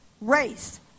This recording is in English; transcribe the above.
race